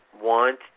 want